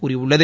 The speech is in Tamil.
கூறியுள்ளது